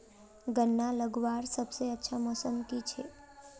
गन्ना लगवार सबसे अच्छा मौसम की छे?